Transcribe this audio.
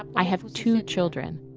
i have two children,